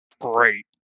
great